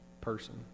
person